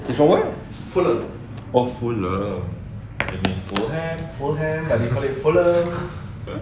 he's from where oh fulham dia nya fulham but they call it fulham